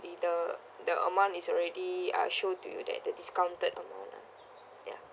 ~dy the the amount is already uh showed to you that the discounted amount lah yeah